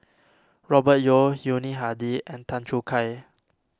Robert Yeo Yuni Hadi and Tan Choo Kai